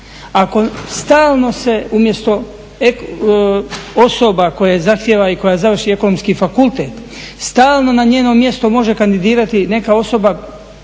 Ako stalno se umjesto osoba koje zahtijeva i koja završi Ekonomski fakultet stalno na njeno mjesto može kandidirati neka osoba